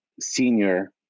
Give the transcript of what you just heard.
senior